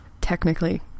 Technically